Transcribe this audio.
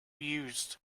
used